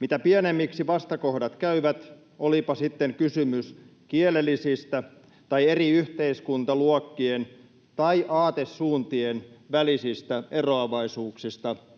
Mitä pienemmiksi vastakohdat käyvät, olipa sitten kysymys kielellisistä tai eri yhteiskuntaluokkien tai aatesuuntien välisistä eroavaisuuksista, sitä